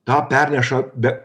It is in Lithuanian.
tą perneša be